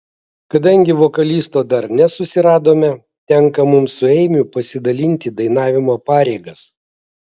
kadangi vokalisto dar nesusiradome tenka mums su eimiu pasidalinti dainavimo pareigas